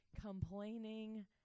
complaining